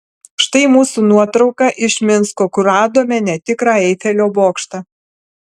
štai mūsų nuotrauka iš minsko kur radome netikrą eifelio bokštą